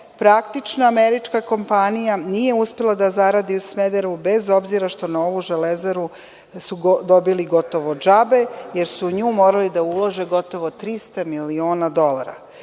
praktično američka kompanija nije uspela da zaradi u Smederevu bez obzira što su ovu „Železaru“ dobili gotovo džabe, jer su u nju morali da ulože gotovo 300 miliona dolara. Još